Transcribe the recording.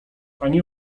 ani